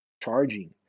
charging